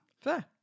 Fair